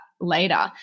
later